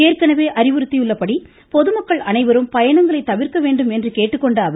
ஏற்கனவே அறிவுறுத்தியுள்ளபடி பொதுமக்கள் அனைவரும் பயணங்களை தவிர்க்க வேண்டும் என்று கேட்டுக்கொண்டார்